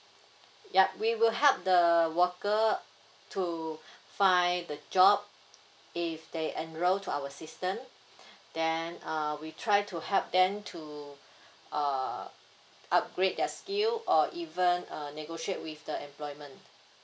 yup we will help the worker to find the job if they enroll to our system then um we try to help them too err upgrade their skill or even a negotiate with the employment